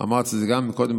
אמרתי את זה גם קודם,